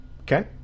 Okay